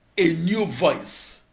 a new voice,